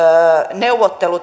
neuvottelu